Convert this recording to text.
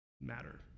matter